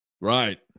Right